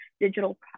digital